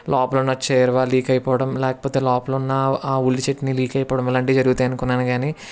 లోపలున్న చేరువా లీక్ అయిపోవడం లేకపోతే లోపలున్న ఆ ఉల్లి చట్నీ లీక్ అయిపోవడం ఇలాంటివి జరుగుతాయి అనుకున్నాను కానీ